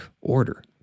order